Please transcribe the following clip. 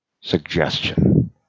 suggestion